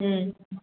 ꯎꯝ